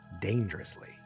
dangerously